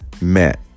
met